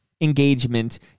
engagement